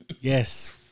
Yes